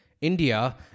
India